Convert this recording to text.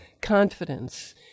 Confidence